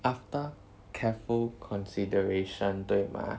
after careful consideration 对吗